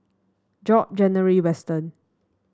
Job January Weston